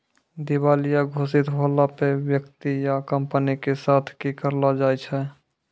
दिबालिया घोषित होला पे व्यक्ति या कंपनी के साथ कि करलो जाय छै?